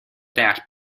that